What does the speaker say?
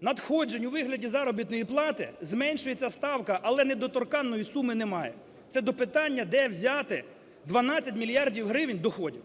надходжень у вигляді заробітної плати зменшується ставка, але недоторканної суми немає. Це до питання, де взяти 12 мільярдів гривень доходів.